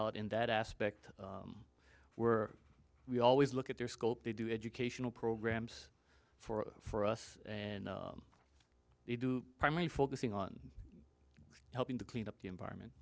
out in that aspect where we always look at their school they do educational programs for for us and they do primary focusing on helping to clean up the environment